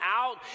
out